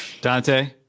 Dante